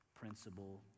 Principle